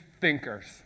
thinkers